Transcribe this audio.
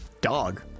Dog